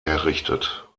errichtet